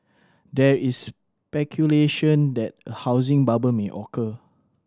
there is speculation that a housing bubble may occur